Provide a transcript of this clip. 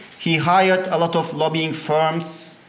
he hired a lot of lobbying firms,